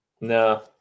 No